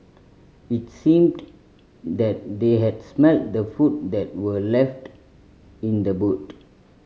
it seemed that they had smelt the food that were left in the boot